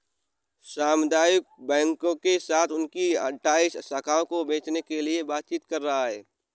सामुदायिक बैंकों के साथ उनकी अठ्ठाइस शाखाओं को बेचने के लिए बातचीत कर रहा है